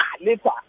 later